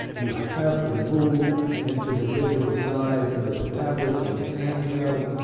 you have to move into the digital side, into the tablets and hand held,